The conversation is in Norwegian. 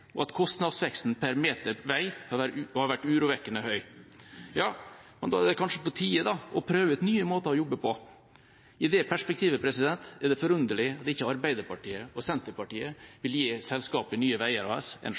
og at kostnadsveksten per meter vei har vært urovekkende høy. Da er det kanskje på tide å prøve ut nye måter å jobbe på. I det perspektivet er det forunderlig at ikke Arbeiderpartiet og Senterpartiet vil gi selskapet Nye Veier AS en